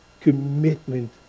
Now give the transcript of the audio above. commitment